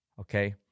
okay